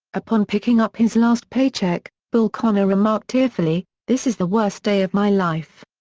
upon picking up his last paycheck, bull connor remarked tearfully, this is the worst day of my life.